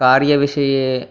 कार्यविषये